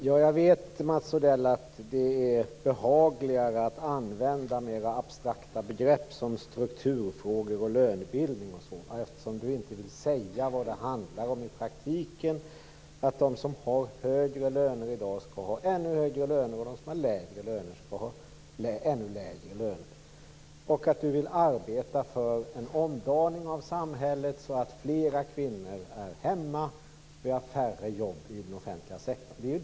Fru talman! Jag förstår att det är behagligare att använda mer abstrakta begrepp som strukturfrågor och lönebildning eftersom Mats Odell inte vill säga vad det handlar om i praktiken, nämligen att de som har högre löner i dag skall ha ännu högre löner och att de som har lägre löner skall ha ännu lägre löner. Mats Odell vill arbeta för en omdaning av samhället så att fler kvinnor är hemma och vi har färre jobb inom den offentliga sektorn.